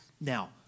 Now